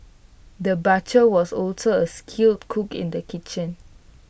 the butcher was also A skilled cook in the kitchen